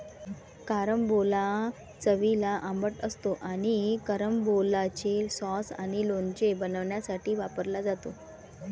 carambola चवीला आंबट असतो आणि कॅरंबोलाचे सॉस आणि लोणचे बनवण्यासाठी वापरला जातो